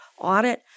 audit